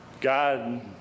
god